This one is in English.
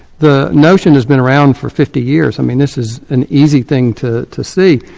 the notion has been around for fifty years. i mean this is an easy thing to to see.